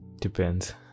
depends